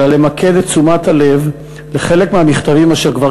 אלא למקד את תשומת הלב בחלק מהמכתבים אשר כבר